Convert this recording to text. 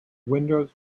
windows